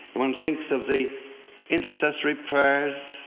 one thinks of the intercessory prayers